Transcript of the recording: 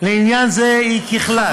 לעניין זה היא כי ככלל,